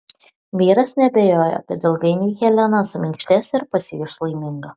vyras neabejojo kad ilgainiui helena suminkštės ir pasijus laiminga